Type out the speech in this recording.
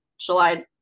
July